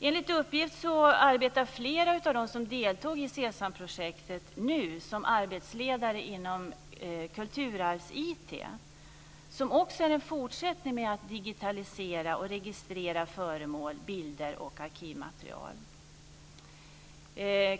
Enligt uppgift arbetar flera av dem som deltog i SESAM-projektet nu som arbetsledare inom Kulturarvs-IT, som är en fortsättning med att digitalt registrera föremål, bilder och arkivmaterial.